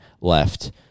left